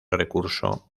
recurso